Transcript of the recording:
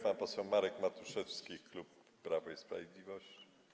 Pan poseł Marek Matuszewski, klub Prawo i Sprawiedliwość.